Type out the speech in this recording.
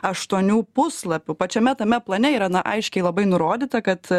aštuonių puslapių pačiame tame plane yra na aiškiai labai nurodyta kad